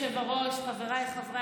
חבריי חברי הכנסת,